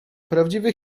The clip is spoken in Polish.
prawdziwy